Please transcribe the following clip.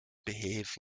behave